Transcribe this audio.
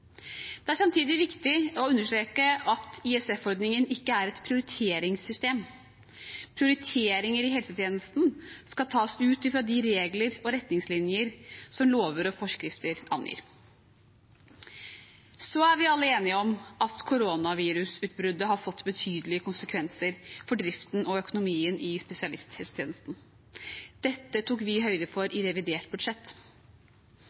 Det er samtidig viktig å understreke at IFS-ordningen ikke er et prioriteringssystem. Prioriteringer i helsetjenesten skal tas ut ifra de regler og retningslinjer som lover og forskrifter angir. Vi er alle enige om at koronavirusutbruddet har fått betydelige konsekvenser for driften og økonomien i spesialisthelsetjenesten. Dette tok vi høyde for